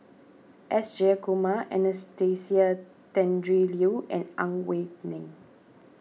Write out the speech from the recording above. S Jayakumar Anastasia Tjendri Liew and Ang Wei Neng